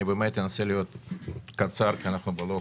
אני באמת אנסה להיות קצר כי אנחנו בלוח